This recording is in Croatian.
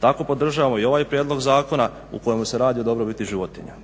Tako podržavamo i ovaj prijedlog zakona u kojem se radi o dobrobiti životinja.